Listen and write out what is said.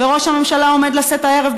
וראש הממשלה עומד לשאת הערב,